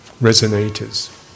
resonators